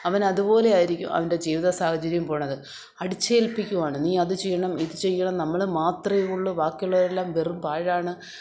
അവൻ അതുപോലെയായിരിക്കും അവൻ്റെ ജീവിത സാഹചര്യം പോകുന്നത് അടിച്ചേൽപ്പിക്കുകയാണ് നീ അതുചെയ്യണം ഇതുചെയ്യണം നമ്മളു മാത്രമേയുള്ളു ബാക്കിയുള്ളതെല്ലാം വെറും പാഴാണ്